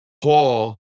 Paul